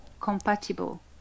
compatible